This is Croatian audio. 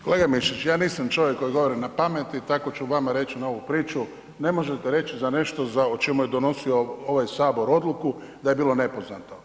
Kolega Mišić ja nisam čovjek koji odgovara na pamet i tako ću vama reći na ovu priču, ne možete reći za nešto o čemu je donosio ovaj Sabor odluku da je bilo nepoznato.